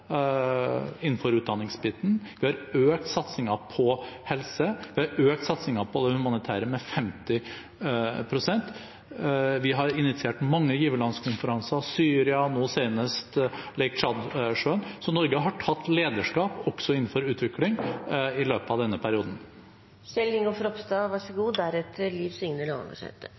Vi har økt satsingen på helse. Vi har økt satsingen på det humanitære med 50 pst. Vi har initiert mange giverlandskonferanser: Syria, nå senest Tsjadsjøen. Så Norge har tatt lederskap også innenfor utvikling i løpet av denne perioden.